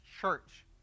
church